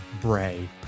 Bray